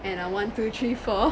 anna one two three four